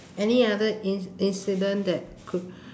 any other in~ incident that could